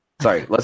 Sorry